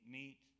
meet